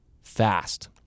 fast